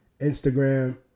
Instagram